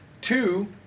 two